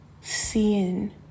seeing